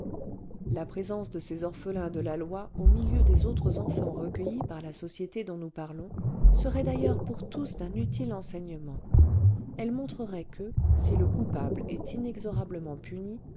la présence de ces orphelins de la loi au milieu des autres enfants recueillis par la société dont nous parlons serait d'ailleurs pour tous d'un utile enseignement elle montrerait que si le coupable est inexorablement puni